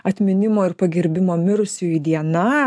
atminimo ir pagerbimo mirusiųjų diena